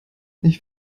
ich